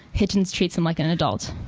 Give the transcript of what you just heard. hitchens treats him like an adult.